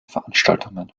veranstaltungen